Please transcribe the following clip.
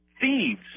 thieves